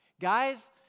Guys